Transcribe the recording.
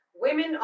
Women